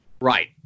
right